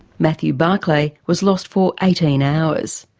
matthew barclay was lost for eighteen hours.